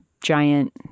giant